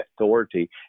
authority